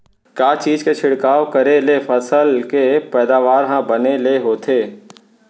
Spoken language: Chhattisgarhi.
का चीज के छिड़काव करें ले फसल के पैदावार ह बने ले होथे?